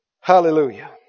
Hallelujah